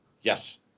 Yes